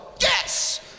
yes